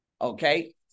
Okay